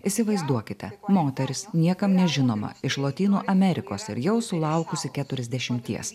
įsivaizduokite moteris niekam nežinoma iš lotynų amerikos ir jau sulaukusi keturiasdešimties